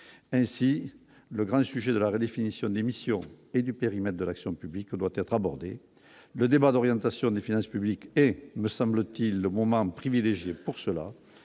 ainsi le grand sujet de la redéfinition des missions et du périmètre de l'action publique doit être abordé le débat d'orientation des finances publiques et me semble-t-il le moment privilégié pour cela